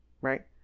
Right